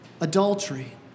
adultery